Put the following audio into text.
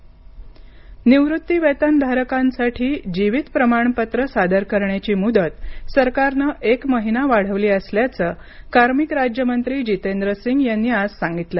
जितेंद्र सिंग निवृत्ती वेतनधारकांसाठी जिवीत प्रमाणपत्र सादर करण्याची मुदत सरकारनं एक महिना वाढवली असल्याचं कार्मिक राज्यमंत्री जितेंद्र सिंग यांनी आज सांगितलं